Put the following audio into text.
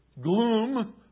gloom